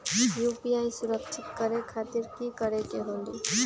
UPI सुरक्षित करे खातिर कि करे के होलि?